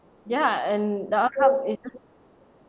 ya and the outcome is